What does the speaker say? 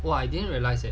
!wow! I didn't realise it